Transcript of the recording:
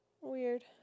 Weird